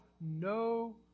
no